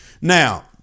Now